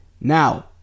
Now